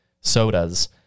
sodas